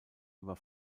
über